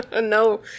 no